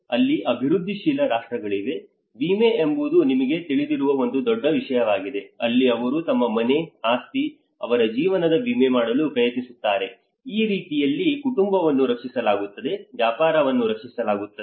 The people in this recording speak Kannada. ಇಲ್ಲಿ ಅಭಿವೃದ್ಧಿಶೀಲ ರಾಷ್ಟ್ರಗಳಲ್ಲಿ ವಿಮೆ ಎಂಬುದು ನಿಮಗೆ ತಿಳಿದಿರುವ ಒಂದು ದೊಡ್ಡ ವಿಷಯವಾಗಿದೆ ಅಲ್ಲಿ ಅವರು ತಮ್ಮ ಮನೆ ಆಸ್ತಿ ಅವರ ಜೀವನದ ವಿಮೆ ಮಾಡಲು ಪ್ರಯತ್ನಿಸುತ್ತಾರೆ ಆ ರೀತಿಯಲ್ಲಿ ಕುಟುಂಬವನ್ನು ರಕ್ಷಿಸಲಾಗುತ್ತದೆ ವ್ಯಾಪಾರವನ್ನು ರಕ್ಷಿಸಲಾಗುತ್ತದೆ